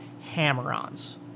hammer-ons